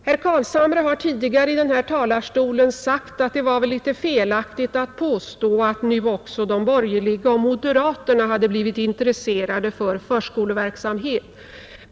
Herr Carlshamre har tidigare från denna talarstol sagt att det var felaktigt att påstå att nu också de borgerliga och moderaterna hade blivit intresserade för socialpolitik.